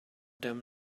them